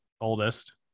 oldest